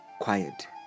Quiet